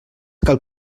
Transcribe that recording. cal